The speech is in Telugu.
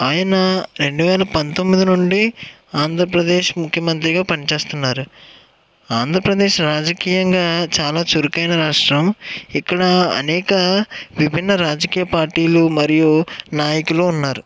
ఆయన రెండు వేల పంతొమ్మిది నుండి ఆంధ్రప్రదేశ్ ముఖ్యమంత్రిగా పని చేస్తున్నారు ఆంధ్రప్రదేశ్ రాజకీయంగా చాలా చురుకైన రాష్ట్రం ఇక్కడ అనేక విభిన్న రాజకీయ పార్టీలు మరియు నాయకులు ఉన్నారు